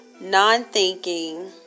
non-thinking